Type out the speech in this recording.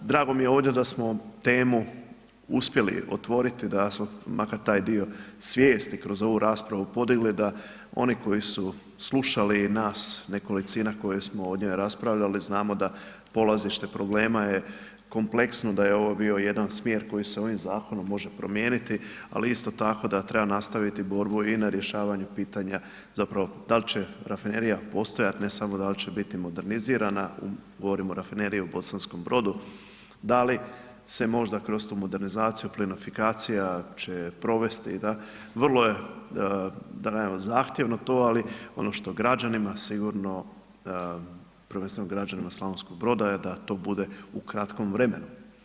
Drago mi je ovdje da smo temu uspjeli otvoriti, da smo makar taj dio svijesti kroz ovu raspravu podigli, da oni koji su slušali i nas nekolicina koji smo ovdje raspravljali znamo da polazište problema je kompleksno, da je ovo bio jedan smjer koji se ovim Zakonom može promijeniti, ali isto tako da treba nastaviti borbu i na rješavanju pitanja, zapravo dal' će rafinerija postojati, ne samo dal' će biti modernizirana, govorimo o rafineriji u Bosanskom Brodu, da li se možda kroz tu modernizaciju, plinafikacija će provesti, i tako, vrlo je da ... zahtjevno to, ali ono što građanima sigurno, prvenstveno građanima Slavonskog Broda je da to bude u kratkom vremenu.